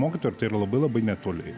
mokytojų ir tai yra labai labai netoli